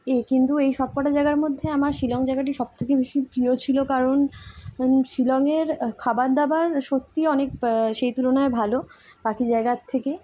এ কিন্তু এই সবকটা জায়গার মধ্যে আমার শিলং জায়গাটি সব থেকে বেশি প্রিয় ছিল কারণ শিলংয়ের খাবার দাবার সত্যিই অনেক সেই তুলনায় ভালো বাকি জায়গার থেকে